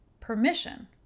permission